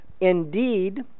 indeed